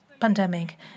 pandemic